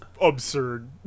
absurd